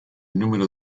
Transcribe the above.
número